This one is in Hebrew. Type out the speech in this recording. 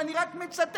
ואני רק מצטט: